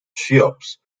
cheops